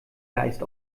geist